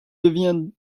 devient